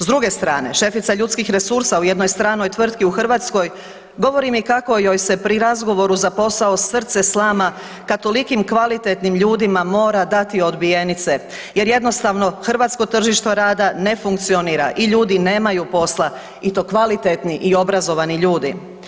S druge strane, šefica ljudskih resursa u jednoj stranoj tvrtki u Hrvatskoj, govori mi kako joj se pri razgovoru za posao srce slama kad tolikim kvalitetnim ljudima mora dati odbijenice jer jednostavno, hrvatsko tržište rada ne funkcionira i ljudi nemaju posla i to kvalitetni i obrazovani ljudi.